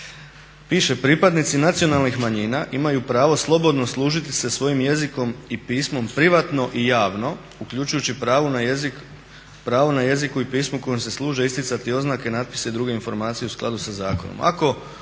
piše: Pripadnici nacionalnih manjina imaju pravo slobodno služiti se svojim jezikom i pismom privatno i javno, uključujući pravo na jeziku i pismu kojim se službe isticati oznake, natpise i druge informacije u skladu sa zakonom.